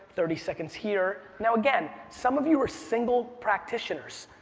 thirty seconds here. now again, some of you are single practitioners.